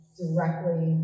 directly